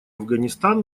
афганистан